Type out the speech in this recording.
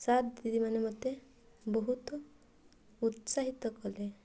sir ଦିଦି ମାନେ ମୋତେ ବହୁତ ଉତ୍ସାହିତ କଲେ